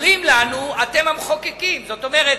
אומרים לנו: אתם המחוקקים, זאת אומרת: